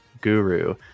guru